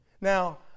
Now